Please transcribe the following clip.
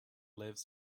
lives